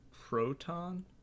proton